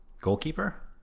Goalkeeper